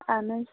آہَن حظ